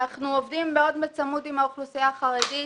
אנחנו עובדים מאוד בצמוד עם האוכלוסייה החרדית.